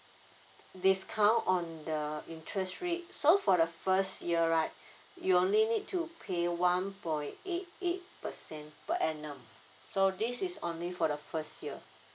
discount on the interest rate so for the first year right you only need to pay one point eight eight percent per annum so this is only for the first year